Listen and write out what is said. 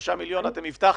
3 מיליון אתם הבטחתם.